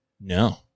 No